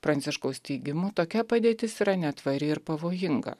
pranciškaus teigimu tokia padėtis yra netvari ir pavojinga